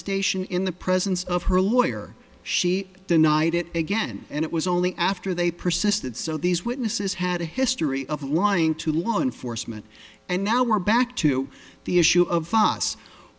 station in the presence of her lawyer she denied it again and it was only after they persisted so these witnesses had a history of lying to law enforcement and now we're back to the issue of us